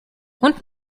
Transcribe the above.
und